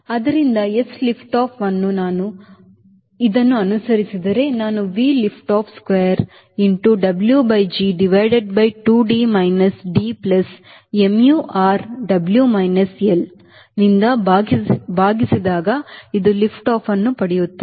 ಆದ್ದರಿಂದ s lift offವನ್ನು ನಾನು ಇದನ್ನು ಅನುಸರಿಸಿದರೆ ನಾನು V lift off square into W by g divided by 2 T minus D plus mu r W minus L ನಿಂದ ಭಾಗಿಸಿದಾಗ ಇದು ಲಿಫ್ಟ್ ಆಫ್ ಅನ್ನು ಪಡೆಯುತ್ತದೆ